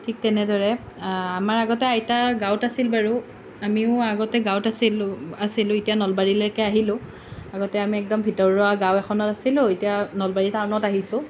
ঠিক তেনেদৰে আমাৰ আগতে আইতা গাৱঁত আছিল বাৰু আমিও আগতে গাৱঁত আছিলোঁ আছিলোঁ এতিয়া নলবাৰীলৈকে আহিলোঁ আগতে আমি একদম ভিতৰুৱা গাওঁ এখনত আছিলোঁ এতিয়া নলবাৰী টাউনত আহিছোঁ